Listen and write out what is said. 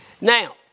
Now